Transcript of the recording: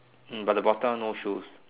hmm but the bottom one no shoes